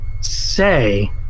say